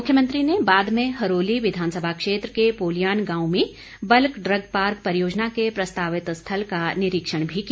मुख्यमंत्री ने बाद में हरोली विधानसभा क्षेत्र के पोलियान गांव में बल्क ड्रग पार्क परियोजना के प्रस्तावित स्थल का निरीक्षण भी किया